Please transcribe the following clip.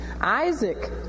Isaac